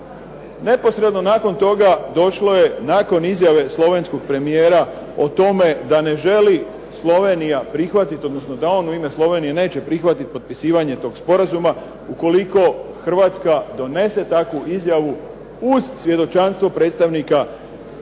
Neposredno nakon toga došlo je nakon izjave slovenskog premijera o tome da ne želi Slovenija prihvatiti, odnosno da on u ime Slovenije neće prihvatiti potpisivanje tog sporazuma, ukoliko Hrvatska donese takvu izjavu uz svjedočanstvo predstavnika Europskog